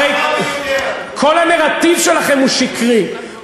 הרי כל הנרטיב שלכם הוא שקרי,